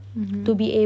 mmhmm